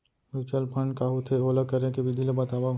mutual fund का होथे, ओला करे के विधि ला बतावव